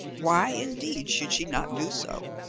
why, indeed, should she not do so?